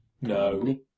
No